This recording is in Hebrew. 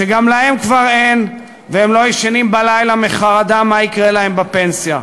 שגם להם כבר אין והם לא ישנים בלילה מחרדה מה יקרה להם בפנסיה.